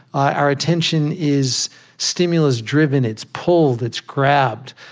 our attention is stimulus-driven. it's pulled it's grabbed.